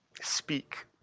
speak